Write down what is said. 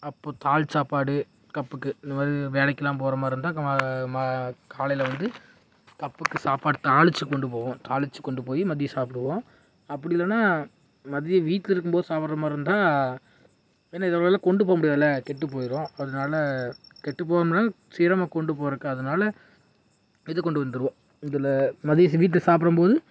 அப்போ தாள் சாப்பாடு கப்புக்கு இந்த மாதிரி வேலைக்கெலாம் போகிற மாதிரி இருந்தால் ம காலையில் வந்து கப்புக்கு சாப்பாடு தாளித்து கொண்டு போவோம் தாளித்து கொண்டு போய் மதியம் சாப்பிடுவோம் அப்படி இல்லைன்னா மதியம் வீட்டில் இருக்கும்போது சாப்பிட்ற மாதிரி இருந்தால் என்ன இதுமாதிரிலாம் கொண்டு போக முடியாதில்லை கெட்டு போயிடும் அதனால கெட்டு போகணும்னாலும் சீக்கிரமாக கொண்டு போகிறதுக்கு அதனால இது கொண்டு வந்துடுவோம் இதில் மதியம் வீட்டில் சாப்பிடும்போது